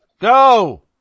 Go